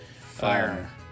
Fire